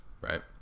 right